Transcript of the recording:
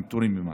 הם פטורים ממס.